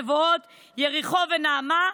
מבואות יריחו ונעמה,